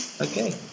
Okay